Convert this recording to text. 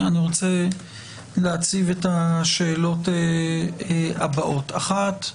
אני רוצה להציב את השאלות הבאות: ראשית,